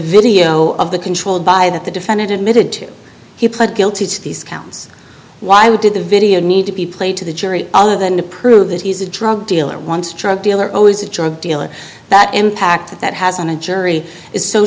video of the controlled by that the defendant admitted to he pled guilty to these counts why we did the video need to be played to the jury other than to prove that he's a drug dealer wants drug dealer always a drug dealer that impact that has on a jury is so